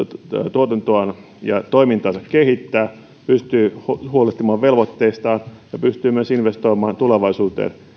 tuotantoaan ja toimintaansa kehittää pystyy huolehtimaan velvoitteistaan ja pystyy myös investoimaan tulevaisuuteen